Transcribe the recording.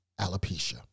alopecia